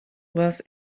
was